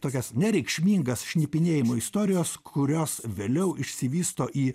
tokias nereikšmingas šnipinėjimo istorijos kurios vėliau išsivysto į